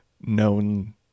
known